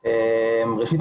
ראשית,